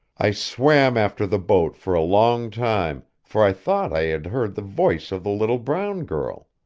i swam after the boat for a long time, for i thought i had heard the voice of the little brown girl.